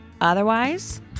Otherwise